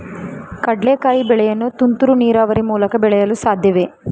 ಕಡ್ಲೆಕಾಯಿ ಬೆಳೆಯನ್ನು ತುಂತುರು ನೀರಾವರಿ ಮೂಲಕ ಬೆಳೆಯಲು ಸಾಧ್ಯವೇ?